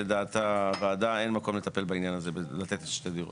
לדעת הוועדה אין מקום לתת שתי דירות.